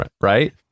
right